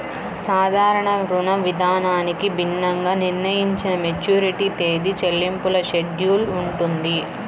సాధారణ రుణవిధానానికి భిన్నంగా నిర్ణయించిన మెచ్యూరిటీ తేదీ, చెల్లింపుల షెడ్యూల్ ఉంటుంది